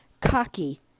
cocky